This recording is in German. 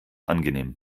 angenehm